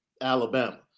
Alabama